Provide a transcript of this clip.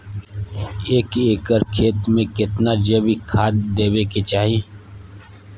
एक एकर खेत मे केतना जैविक खाद देबै के चाही?